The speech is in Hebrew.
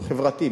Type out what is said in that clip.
הוא חברתי,